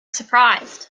surprised